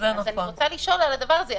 אני רוצה לשאול על זה.